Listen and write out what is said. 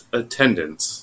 attendance